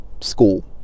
school